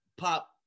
pop